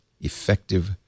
effective